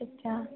अच्छा